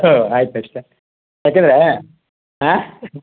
ಆಯ್ತು ಅಷ್ಟೇ ಯಾಕೆಂದರೆ ಹಾಂ